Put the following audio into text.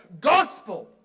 gospel